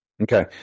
Okay